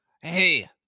Hey